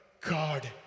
God